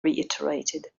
reiterated